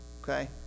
Okay